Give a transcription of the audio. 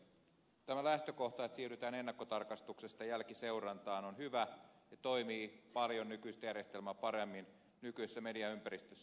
tämä lähtökohta että siirrytään ennakkotarkastuksesta jälkiseurantaan on hyvä ja toimii paljon nykyistä järjestelmää paremmin nykyisessä mediaympäristössä